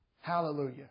Hallelujah